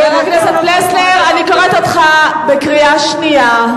חבר הכנסת פלסנר, אני קוראת אותך בקריאה שנייה.